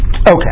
Okay